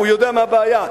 הוא יודע מה הבעיה.